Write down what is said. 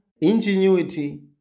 ingenuity